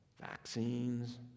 vaccines